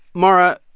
mara,